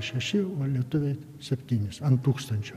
šeši o lietuviai septynis ant tūkstančio